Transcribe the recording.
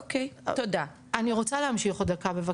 אוקי, אני רוצה להמשיך עוד דקה בבקשה.